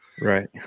Right